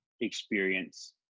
experience